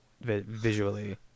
visually